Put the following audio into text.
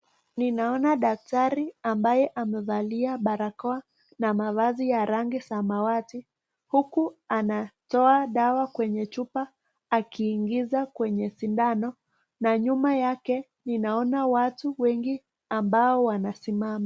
Ninaona daktari ambaye amevalia barakoa na mavazi ya rangi ya samawati, huku anatoa dawa kwenye chupa akiingiza kwenye sindano, na nyuma yake ninaona watu wengi ambao wanasimama.